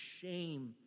shame